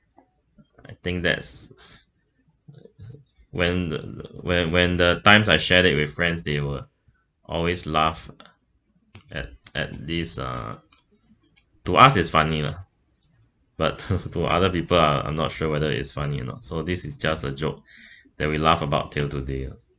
I think that's when the when when the times I shared it with friends they would always laugh at at these uh to us is funny lah but to to other people uh I'm not sure whether it's funny or not so this is just a joke that we laugh about till today ah